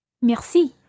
Merci